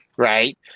Right